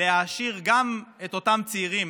להעשיר גם את אותם צעירים